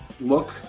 look